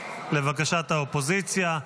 לבקשת האופוזיציה.